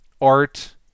art